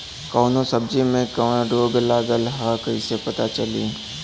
कौनो सब्ज़ी में कवन रोग लागल ह कईसे पता चली?